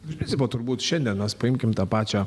iš principo turbūt šiandien mes paimkim tą pačią